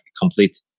complete